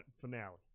finale